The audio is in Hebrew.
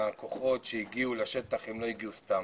הכוחות שהגיעו לשטח לא הגיעו סתם,